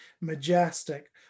majestic